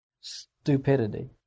stupidity